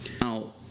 Now